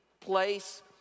place